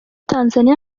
tanzania